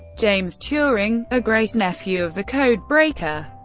james turing, a great-nephew of the code-breaker,